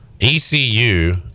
ECU